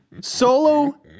Solo